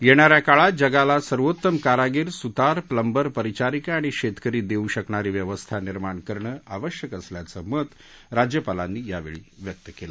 येणाऱ्या काळात जगाला सर्वोत्तम कारागीर सुतार प्लंबर परिचारिका आणि शेतकरी देऊ शकणारी व्यवस्था निर्माण करणं आवश्यक असल्याचं मतं राज्यपालांनी यावेळी व्यक्त केलं